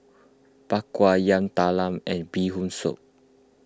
Bak Kwa Yam Talam and Bee Hoon Soup